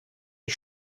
ich